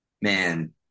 Man